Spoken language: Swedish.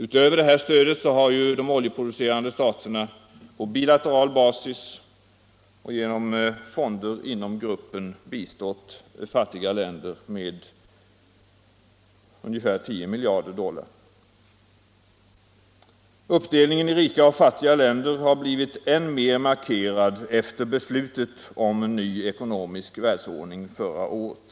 Utöver det här stödet har de oljeproducerande staterna på bilateral basis och genom fonder inom gruppen bistått fattiga länder med ungefär 10 miljarder dollar. Uppedelningen i rika och fattiga länder har blivit än mer markerad efter beslutet om en ny ekonomisk världsordning förra året.